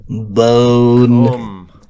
Bone